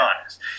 honest